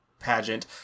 pageant